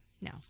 No